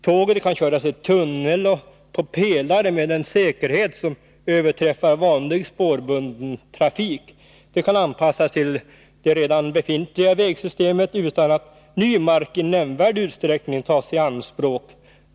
Tåget kan köras i tunnel och på pelare med en säkerhet som överträffar vanlig spårbunden trafik. Det kan anpassas till det redan befintliga vägsystemet utan att ny mark i nämnvärd utsträckning tages i anspråk.